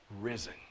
risen